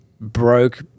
broke